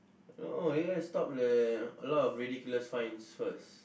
no you guys stop the a lot of ridiculous fines first